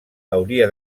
hauria